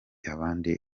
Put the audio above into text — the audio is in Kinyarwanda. abandi